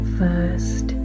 first